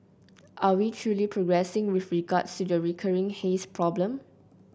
are we truly progressing with regards to the recurring haze problem